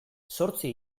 zortzi